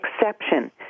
exception